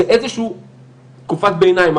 זו איזושהי תקופת ביניים.